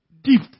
Deep